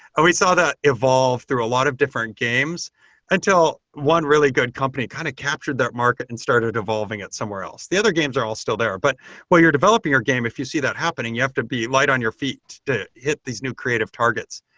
we saw that evolve through a lot of different games until one really good company kind of captured the market and started evolving it somewhere else. the other games are all still there, but while you're developing your game, if you see that happening, you have to be light on your feet to hit these new creative targets.